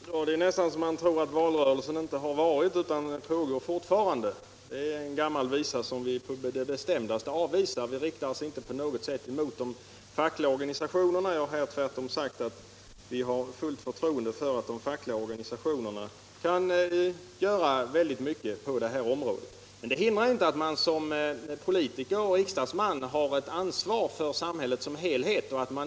Herr talman! Det är nästan så att man tror att valrörelsen inte är slut utan pågår fortfarande! Detta är en gammal visa, och vi avvisar på det bestämdaste sådana Nr 38 här påståenden; vi riktar oss inte på något sätt mot de fackliga organisationerna. Jag har tvärtom sagt att vi har fullt förtroende för de fackliga organisationerna och tror att de kan uträtta oerhört mycket på detta om= = råde. Offentliganställdas Men det innebär inte att man som politiker och riksdagsman inte har — pensioner ett ansvar för samhället som helhet.